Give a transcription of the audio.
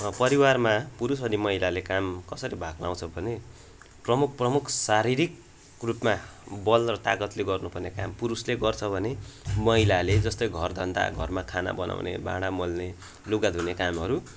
परिवारमा पुरुष अनि महिलाले काम कसरी भाग लाउँछ भने प्रमुख प्रमुख शारीरिक रूपमा बल र तागतले गर्नुपर्ने काम पुरुषले गर्छ भने महिलाले जस्तै घरधन्दा घरमा खाना बनाउने भाँडा मोल्ने लुगा धुने कामहरू